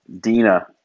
Dina